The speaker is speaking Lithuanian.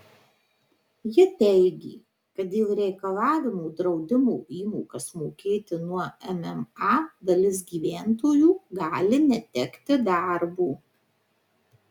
ji teigė kad dėl reikalavimo draudimo įmokas mokėti nuo mma dalis gyventojų gali netekti darbo